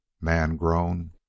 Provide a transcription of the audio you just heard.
man-grown